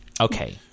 Okay